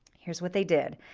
here's what they did.